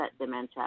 dementia